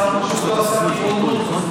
השר פשוט לא עשה טירונות,